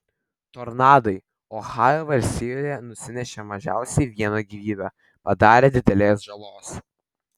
tornadai ohajo valstijoje nusinešė mažiausiai vieną gyvybę padarė didelės žalos